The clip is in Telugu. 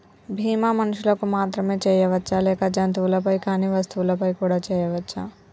బీమా మనుషులకు మాత్రమే చెయ్యవచ్చా లేక జంతువులపై కానీ వస్తువులపై కూడా చేయ వచ్చా?